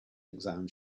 exam